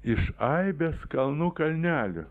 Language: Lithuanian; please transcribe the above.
iš aibės kalnų kalnelių